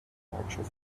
departure